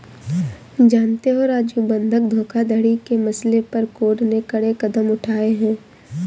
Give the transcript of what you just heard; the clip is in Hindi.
जानते हो राजू बंधक धोखाधड़ी के मसले पर कोर्ट ने कड़े कदम उठाए हैं